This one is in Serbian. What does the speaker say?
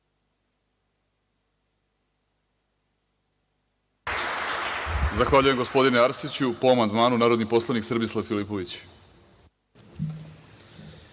Zahvaljujem, gospodine Arsiću. Po amandmanu, narodni poslanik Srbislav Filipović.